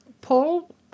Paul